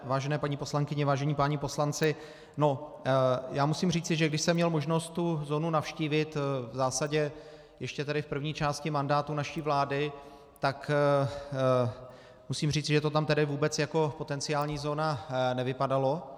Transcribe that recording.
Vážené paní poslankyně, vážení páni poslanci, musím říci, že když jsem měl možnost tu zónu navštívit, v zásadě ještě v první části mandátu naší vlády, tak musím říci, že to tam vůbec jako potenciální zóna nevypadalo.